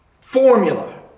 formula